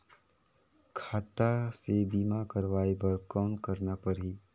खाता से बीमा करवाय बर कौन करना परही?